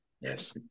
Yes